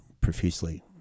profusely